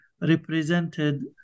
represented